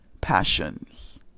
passions